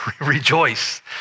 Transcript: rejoice